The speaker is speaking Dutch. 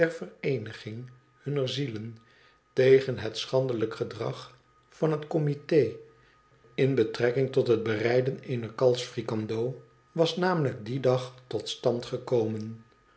der vereeniging hunner zielen tegen het schandelijk gedrag van het comité in betrekking tot het bereiden eener kalfsfricandeau was namelijk dien dag tot stand gekomen